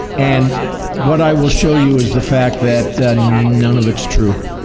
and what i will show you is the fact that none of it's true.